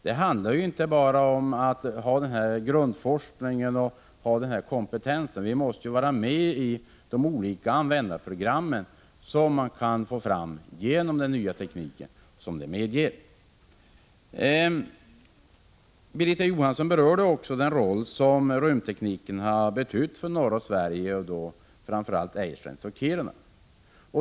Det handlar inte bara om grundforskning och om att besitta kompetens, utan vi måste också vara med i de olika användarprojekt som den nya tekniken medger. Birgitta Johansson berörde också den roll som rymdtekniken har spelat för norra Sverige, framför allt för Esrange och Kiruna.